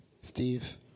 Steve